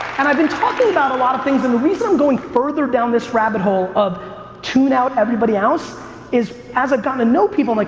and i've been talking about a lot of things and the reason i'm going further down this rabbit hole of tune out everybody else is, as i've gotten to know people i'm like,